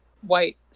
white